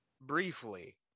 briefly